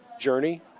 journey